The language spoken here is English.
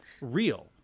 real